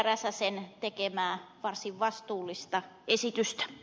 räsäsen tekemää varsin vastuullista esitystä